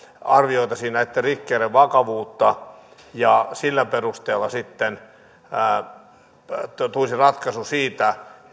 arvioitaisiin näitten rikkeiden vakavuutta ja sillä perusteella sitten tulisi ratkaisu siitä